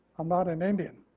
i'm not an indian,